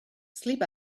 sleep